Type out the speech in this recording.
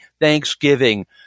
Thanksgiving